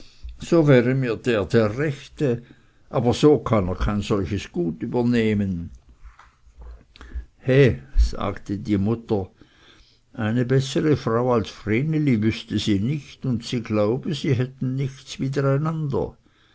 so wäre mir der der rechte aber so kann er kein solches gut übernehmen he sagte die mutter eine bessere frau als vreneli wüßte sie nicht und sie glaube sie hätten nichts